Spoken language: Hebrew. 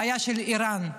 הבעיה של איראן.